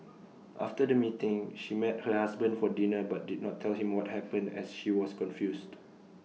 after the meeting she met her husband for dinner but did not tell him what happened as she was confused